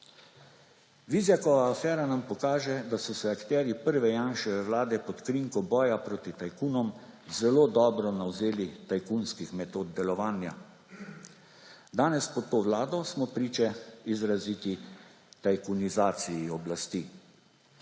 Vizjakova afera nam pokaže, da so se akterji prve Janševe Vlade pod krinko boja proti tajkunom zelo dobro navzeli tajkunskih metod delovanja. Danes pod to vlado smo priče izraziti tajkunizaciji oblasti.